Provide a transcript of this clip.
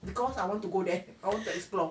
because I want to go there I want to explore